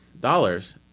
dollars